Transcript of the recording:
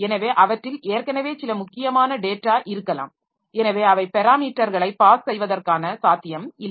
எனவே அவற்றில் ஏற்கனவே சில முக்கியமான டேட்டா இருக்கலாம் எனவே அவை பெராமீட்டர்களைக் பாஸ் செய்வதற்கான சாத்தியம் இல்லை